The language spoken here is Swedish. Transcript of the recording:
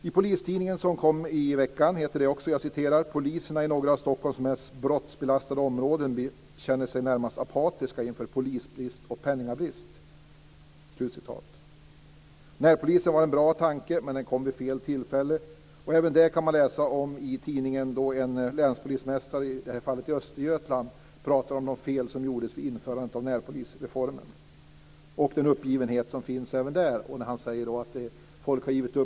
I Polistidningen som kom i veckan heter det att poliserna i några av Stockholms mest brottsbelastade områden känner sig närmast apatiska inför polisbrist och pengabrist. Närpolisen var en god tanke, men den kom vid fel tillfälle. Även det kan man läsa om i tidningen. En länspolismästare, i det här fallet i Östergötland, pratar om de fel som gjordes vid införandet av närpolisreformen och om den uppgivenhet som finns även där. Han säger att folk har givit upp.